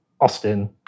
Austin